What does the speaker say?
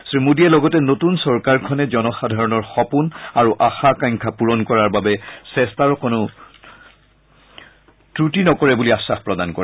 শ্ৰীমোদীয়ে লগতে নতুন চৰকাৰখনে জনসাধাৰণৰ সপোন আৰু আশা আকাংক্ষা পূৰণ কৰাৰ বাবে চেষ্টাৰ অকণো ক্ৰটি নকৰে বুলি আখাস প্ৰদান কৰে